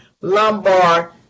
lumbar